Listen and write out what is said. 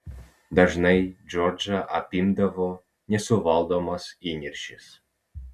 dažnai džordžą apimdavo nesuvaldomas įniršis